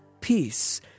peace